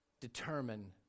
determine